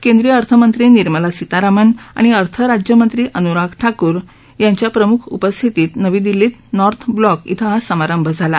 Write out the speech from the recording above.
केंद्रीय अर्थमंत्री निर्मला सीतारामण आणि अर्थराज्यमंत्री अन्राग ठाक्र यांच्या प्रम्ख उपस्थितीत नवी दिल्लीत नॉर्थ ब्लॉक इथं हा समारंभ झाला